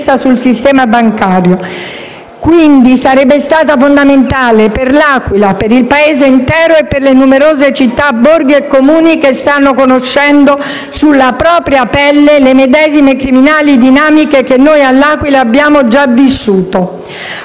Sarebbe stata quindi fondamentale per L'Aquila, per il Paese intero e le numerose città, i borghi e i Comuni che stanno conoscendo sulla propria pelle le medesime criminali dinamiche che noi, a L'Aquila, abbiamo già vissuto.